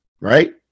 right